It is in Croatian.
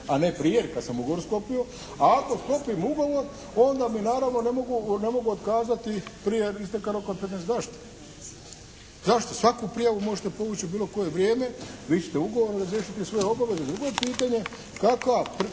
a ne prije kad sam ugovor sklopio. A ako sklopim ugovor onda mi naravno ne mogu otkazati prije isteka roka od petnaest, zašto? Zašto? Svaku prijavu možete povući u bilo koje vrijeme, vi ćete ugovorom razriješiti sve obveze. Drugo je pitanje kakav,